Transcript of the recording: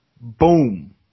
Boom